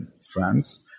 France